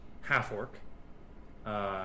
half-orc